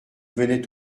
venait